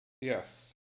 Yes